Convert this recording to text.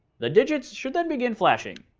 the digits should then begin flashing.